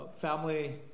family